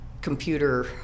computer